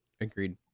agreed